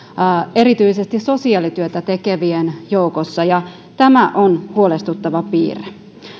erityisesti sosiaalityötä tekevien joukossa ja tämä on huolestuttava piirre